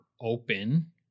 open